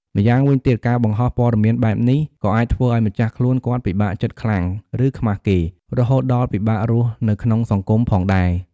ម្យ៉ាងវិញទៀត ការបង្ហោះព័ត៌មានបែបនេះ ក៏អាចធ្វើឱ្យ ម្ចាស់ខ្លួន គាត់ ពិបាកចិត្តខ្លាំង ឬ ខ្មាសគេ រហូតដល់ ពិបាករស់នៅក្នុងសង្គម ផងដែរ។